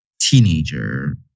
teenager